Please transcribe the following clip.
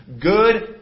Good